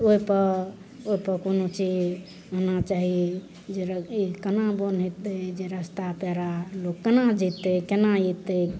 ओ तऽ ओ तऽ कोनो चीज होना चाही जे केना बन्द हेतय जे रस्ता पेरा लोग केना जेतय केना एतय